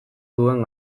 duen